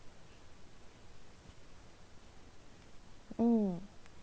mm